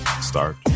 start